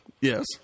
Yes